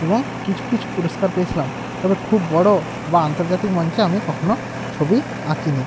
এবং কিছু কিছু পুরস্কার পেয়েছিলাম তবে খুব বড়ো বা আন্তর্জাতিক মঞ্চে আমি কখনো ছবি আঁকি নি